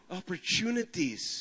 opportunities